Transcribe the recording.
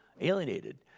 alienated